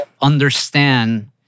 understand